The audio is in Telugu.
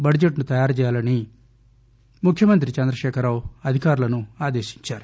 బడ్లెట్ ను తయారుచేయాలని ముఖ్యమంత్రి చంద్రశేఖర్ రావు అధికారులను ఆదేశించారు